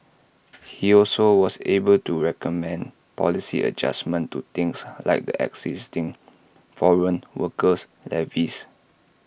he also was able to recommend policy adjustments to things like the existing foreign worker levies